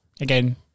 again